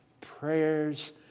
Prayers